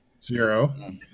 Zero